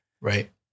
Right